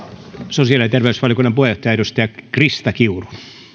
sosiaali ja terveysvaliokunnan puheenjohtaja edustaja krista kiuru